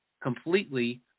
completely